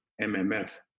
MMF